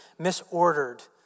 misordered